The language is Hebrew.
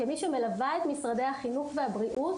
כמי שמלווה את משרדי החינוך והבריאות,